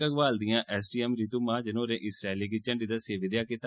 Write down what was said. घगवाल दियां S D M Ritu Mahajan होरें इस रैली गी झंडी दस्सियै विदेआ कीता